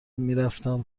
میرفتم